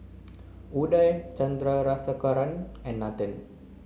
Udai Chandrasekaran and Nathan